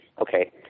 Okay